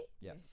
Yes